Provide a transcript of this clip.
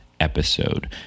episode